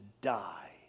die